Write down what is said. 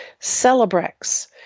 Celebrex